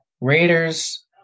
Raiders